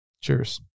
Cheers